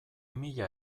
mila